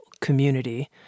community